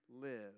live